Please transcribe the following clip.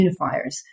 unifiers